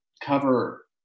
cover